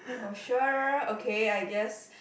oh sure okay I guess